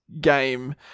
game